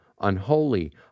unholy